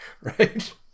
Right